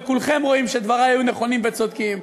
וכולכם רואים שדברי היו נכונים וצודקים,